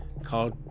called